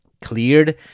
cleared